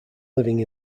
living